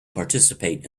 participate